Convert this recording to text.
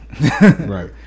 Right